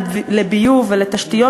לביוב ולתשתיות,